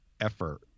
effort